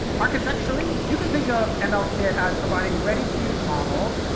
architecturally, you can think of and ml kit as providing ready-to-use models,